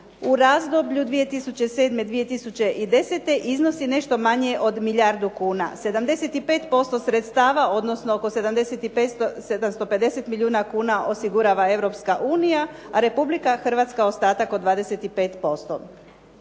u razdoblju 2007.-2010. iznosi nešto manje od milijardu kuna. 75% sredstava odnosno oko 750 milijuna kuna osigurava Europska unija a Republika Hrvatska ostatak od 25%.